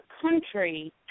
country